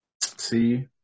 See